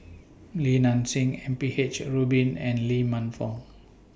Li Nanxing M P H Rubin and Lee Man Fong